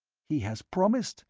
he has promised?